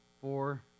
four